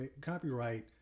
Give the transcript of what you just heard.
copyright